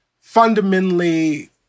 fundamentally